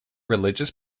religious